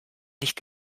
nicht